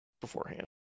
beforehand